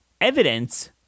evidence